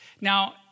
now